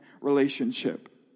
relationship